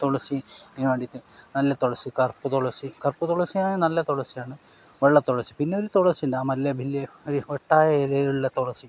തുളസി നെ വേണ്ടിയിട്ട് നല്ല തുളസി കറുപ്പ് തുളസി കറുപ്പ് തുളസി എന്നാൽ നല്ല തുളസി ആണ് വെള്ള തുളസി പിന്നെ ഒരു തുളസിയുണ്ട് ആ മല്യ വലിയ വട്ടമായി ഇലയിലുള്ള തുളസി